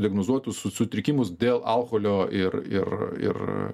diagnozuotus sutrikimus dėl alkoholio ir ir ir